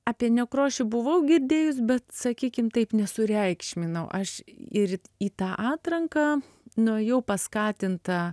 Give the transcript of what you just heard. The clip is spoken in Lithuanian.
apie nekrošių buvau girdėjus bet sakykim taip nesureikšminau aš ir į tą atranką nuėjau paskatinta